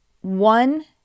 one